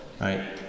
right